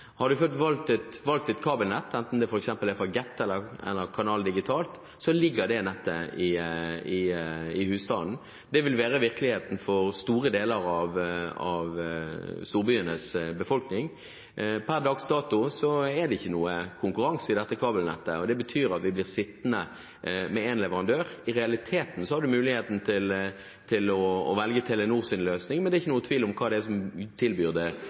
Har man valgt et kabelnett, enten det er fra Get eller fra Canal Digital, f.eks., ligger det nettet i husstanden. Det vil være virkeligheten for store deler av storbyenes befolkning. Per dags dato er det ikke noen konkurranse i dette kabelnettet. Det betyr at vi blir sittende med én leverandør. I realiteten har man mulighet til å velge Telenors løsning, men det er ikke noen tvil om hvem som tilbyr – skal vi si – det